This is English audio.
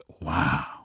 wow